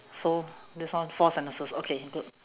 so this one four sentences okay good